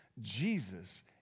Jesus